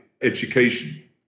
education